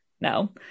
no